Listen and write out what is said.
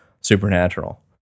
Supernatural